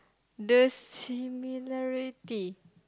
the similarity